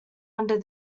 under